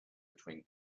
between